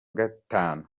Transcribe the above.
gatanu